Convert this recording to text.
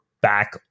back